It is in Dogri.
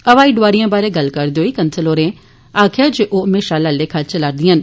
हवाई डोआरिए बारै गल्ल करदे होई कंसल होरें आक्खेआ जे ओ म्हेशां आला लेखा चला रदियां न